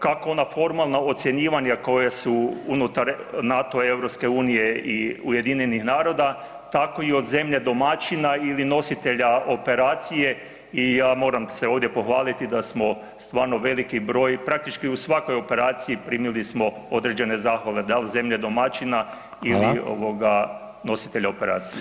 Kako ona formalna ocjenjivanja koja su unutar NATO, EU i UN-a, tako i od zemlje domaćina ili nositelja operacije i ja moram se ovdje pohvaliti da smo stvarno veliki broj, praktički u svakoj operaciji primili smo određene zahvale, da li zemlje domaćina ili [[Upadica: Hvala.]] ovoga nositelja operacije.